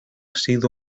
sido